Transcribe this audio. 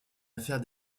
affaire